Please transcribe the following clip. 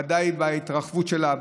ודאי בהתרחבות שלה,